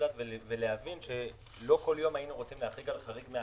דעת ולהבין שלא כל יום היינו רוצים להחריג חריג מהכלל.